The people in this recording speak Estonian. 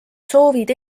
soovid